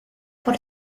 por